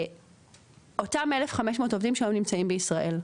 אותם 1,500 עובדים שנמצאים בישראל,